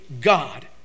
God